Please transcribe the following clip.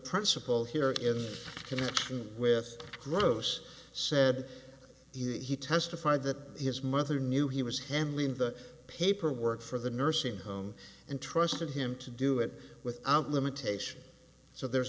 principal here in connection with gross said that he testified that his mother knew he was handling the paperwork for the nursing home and trusted him to do it without limitation so there's